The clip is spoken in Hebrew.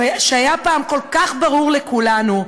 שהיה פעם כל כך ברור לכולנו,